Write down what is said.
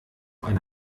eine